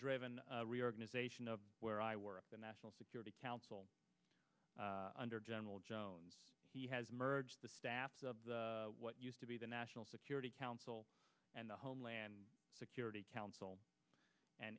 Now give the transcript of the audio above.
driven reorganization of where i work at the national security council under general jones he has merged the staff of what used to be the national security council and the homeland security council and